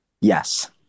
Yes